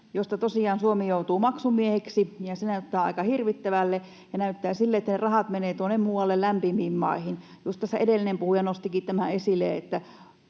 tosiaan Suomi joutuu maksumieheksi, ja se näyttää aika hirvittävältä, ja näyttää siltä, että ne rahat menevät tuonne muualle lämpimiin maihin. Just tässä edellinen puhuja nostikin tämän esille,